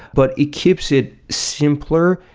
but it keeps it simpler,